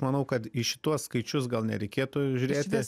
manau kad į šituos skaičius gal nereikėtų žiūrėti